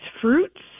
fruits